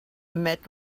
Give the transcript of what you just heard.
met